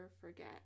forget